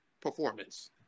performance